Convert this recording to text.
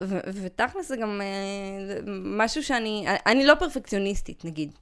ותכל'ס זה גם משהו שאני, אני לא פרפקציוניסטית נגיד.